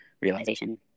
realization